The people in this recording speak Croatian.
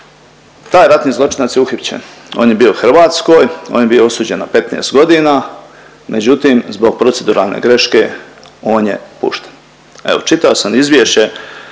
Taj ratni zločinac je uhićen, on je bio u Hrvatskoj, on je bio osuđen na 15 godina, međutim zbog proceduralne greške on je pušten. Evo čitao sam izvješće